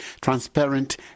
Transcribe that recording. transparent